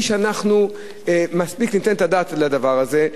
שאנחנו מספיק ניתן את הדעת על הדבר הזה,